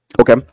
Okay